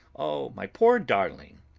oh, my poor darling!